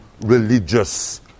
religious